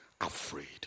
afraid